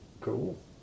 cool